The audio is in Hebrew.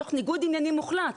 תוך ניגוד ענייניים מוחלט.